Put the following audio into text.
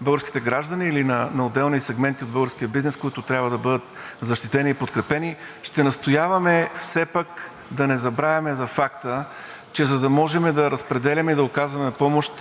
българските граждани или на отделни сегменти от българския бизнес, които трябва да бъдат защитени и подкрепени, ще настояваме все пак да не забравяме за факта, че за да можем да разпределяме и да оказваме помощ,